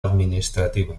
administrativa